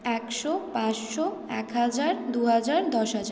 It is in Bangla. একশো পাঁচশো এক হাজার দু হাজার দশ হাজার